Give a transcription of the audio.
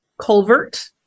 culvert